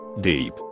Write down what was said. deep